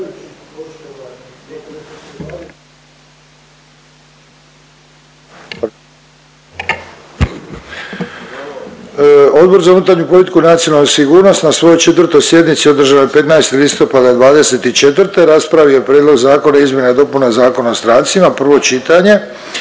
Odbor za unutarnju politiku i nacionalnu sigurnost na svojoj 4. sjednici održanoj 15. listopada '24. raspravio je Prijedlog Zakona o izmjenama i dopunama Zakona o strancima, prvo čitanje